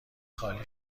خالی